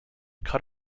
cut